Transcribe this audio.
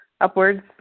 upwards